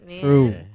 True